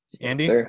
Andy